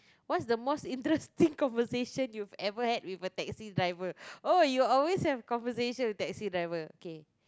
what's the most interesting conversation you ever had with a taxi driver oh you always have conversation with taxi driver okay